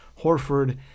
Horford